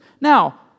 Now